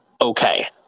Okay